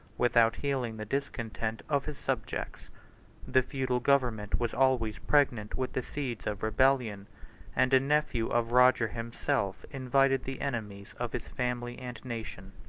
without healing the discontent, of his subjects the feudal government was always pregnant with the seeds of rebellion and a nephew of roger himself invited the enemies of his family and nation.